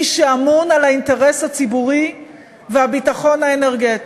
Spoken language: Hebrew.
מי שאמון על האינטרס הציבורי והביטחון האנרגטי.